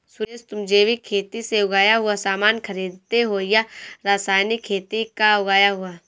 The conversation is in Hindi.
सुरेश, तुम जैविक खेती से उगाया हुआ सामान खरीदते हो या रासायनिक खेती का उगाया हुआ?